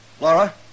Laura